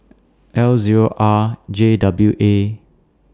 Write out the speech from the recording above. L Zero R J W A